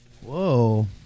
Whoa